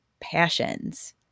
passions